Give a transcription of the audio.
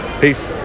Peace